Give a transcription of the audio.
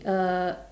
uh